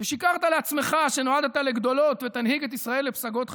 ושיקרת לעצמך שנועדת לגדולות ותנהיג את ישראל לפסגות חדשות.